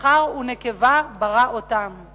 זכר ונקבה ברא אותם";